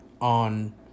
on